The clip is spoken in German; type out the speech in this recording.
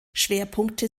schwerpunkte